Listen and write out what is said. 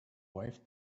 wife